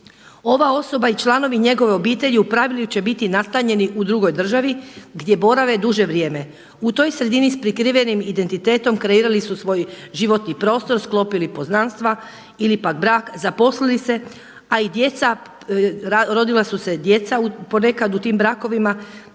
Ova osoba i članovi njegove obitelji u pravilu će biti nastanjeni u drugoj državi gdje borave duže vrijeme. U toj sredini s prekrivenim identitetom kreirali su svoj životni prostor, sklopili poznanstva ili pak brak, zaposlili se a i djeca, rodila su se djeca ponekad u tim brakovima,